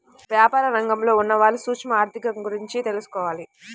యాపార రంగంలో ఉన్నవాళ్ళు సూక్ష్మ ఆర్ధిక గురించి తెలుసుకోవాలి